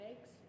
Eggs